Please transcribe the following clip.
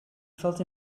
felt